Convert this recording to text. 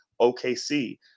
OKC